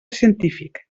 científic